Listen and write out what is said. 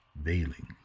veiling